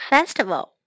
Festival